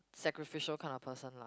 sacrificial kind of person lah